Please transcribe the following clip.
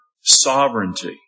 sovereignty